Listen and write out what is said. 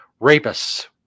rapists